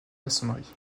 maçonnerie